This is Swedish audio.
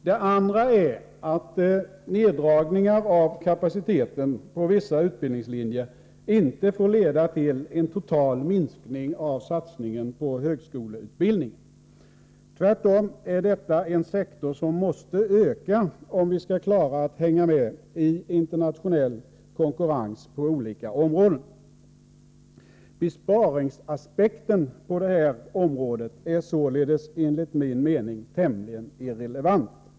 Det andra är att neddragningar av kapaciteten på vissa utbildningslinjer inte får leda till en total minskning av satsningen på högskoleutbildningen. Tvärtom är detta en sektor som måste öka om vi skall klara att hänga med i internationell konkurrens på olika områden. Besparingsaspekten på det här området är således enligt min mening tämligen irrelevant.